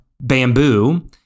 bamboo